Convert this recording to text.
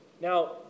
Now